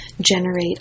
generate